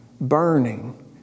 burning